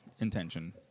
intention